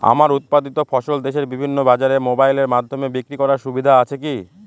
আমার উৎপাদিত ফসল দেশের বিভিন্ন বাজারে মোবাইলের মাধ্যমে বিক্রি করার সুবিধা আছে কি?